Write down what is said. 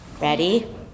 Ready